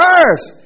earth